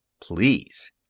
Please